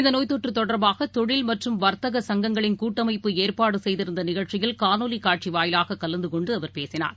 இந்தநோய்த்தொற்றுதொடர்பாகதொழில் சங்கங்களின் வர்த்தக கூட்டமைப்பு ஏற்பாடுசெய்திருந்தநிகழ்ச்சியில் காணொலிகாட்சிவாயிலாககலந்துகொண்டுஅவர் பேசினார்